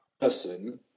person